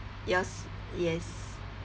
yours yes